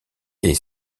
est